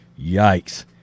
Yikes